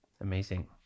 amazing